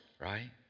Right